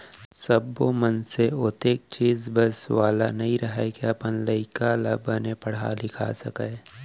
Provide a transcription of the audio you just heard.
सब्बो मनसे ओतेख चीज बस वाला नइ रहय के अपन लइका ल बने पड़हा लिखा सकय